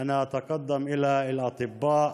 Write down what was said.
אני רוצה לברך ממעמקי ליבי את הרופאים